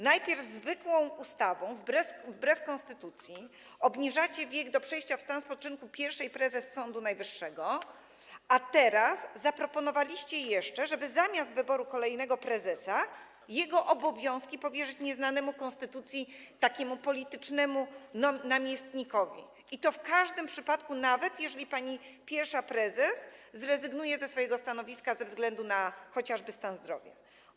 Najpierw zwykłą ustawą, wbrew konstytucji, obniżacie wiek przejścia w stan spoczynku pierwszej prezes Sądu Najwyższego, a teraz zaproponowaliście jeszcze, żeby zamiast wybrać kolejnego prezesa, jego obowiązki powierzyć nieznanemu konstytucji politycznemu namiestnikowi, i to w każdym przypadku, nawet jeżeli pani pierwsza prezes zrezygnuje ze swojego stanowiska chociażby ze względu na stan zdrowia.